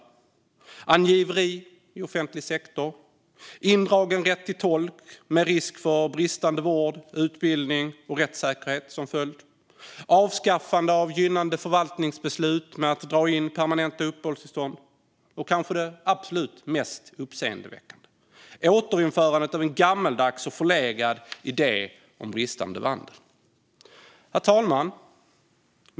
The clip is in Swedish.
De handlar om angiveri i offentlig sektor, indragen rätt till tolk med risk för bristande vård, utbildning och rättssäkerhet som följd, avskaffande av gynnande förvaltningsbeslut om att dra in permanenta uppehållstillstånd och det kanske mest uppseendeväckande, nämligen återinförandet av en gammeldags och förlegad idé om bristande vandel. Herr talman!